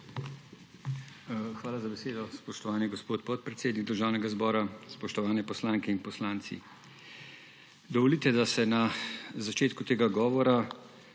Hvala za besedo, spoštovani gospod podpredsednik Državnega zbora. Spoštovane poslanke in poslanci! Dovolite, da se na začetku tega govora